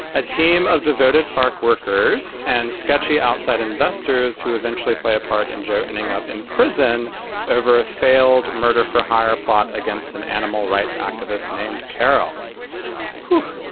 a team of devoted park workers and sketchy outside investors who eventually play a part in joe ending up in prison over a failed murder for hire plot against an animal rights activist named carol who?